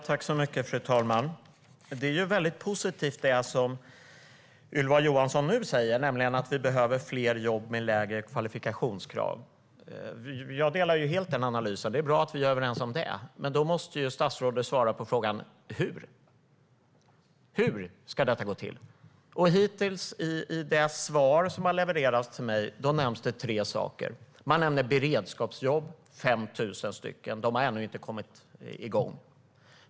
Fru talman! Det som Ylva Johansson nu säger är väldigt positivt, nämligen att vi behöver fler jobb med lägre kvalifikationskrav. Jag delar helt den analysen. Det är bra att vi är överens om det. Men då måste statsrådet svara på frågan: Hur ska detta gå till? Hittills har det nämnts tre saker i det svar som har levererats till mig. Man har nämnt beredskapsjobb - 5 000 stycken. De har ännu inte kommit igång.